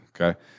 Okay